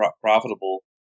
profitable